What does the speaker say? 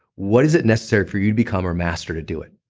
what is it necessary for you to become or master to do it?